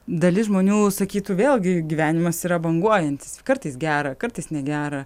dalis žmonių sakytų vėlgi gyvenimas yra banguojantis kartais gera kartais negera